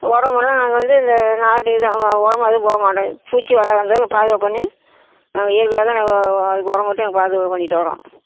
உரமெல்லாம் நாங்கள் வந்து இந்த நாட்டு இது உரம் எதுவும் போடா மாட்டேன் பூச்சி வராம அந்த அளவுக்கு பாதுகாப்பு பண்ணி நாங்கள் இயற்கையாகவே நாங்கள் அதுக்கு உரம் போட்டு பாதுகாப்பு பண்ணிகிட்டு வர்றோம்